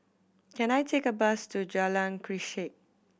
can I take a bus to Jalan Grisek